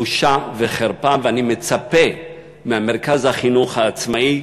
בושה וחרפה, ואני מצפה ממרכז החינוך העצמאי